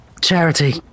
Charity